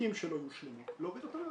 פרקים שלא יושלמו לא יהיו בתוך הדוח.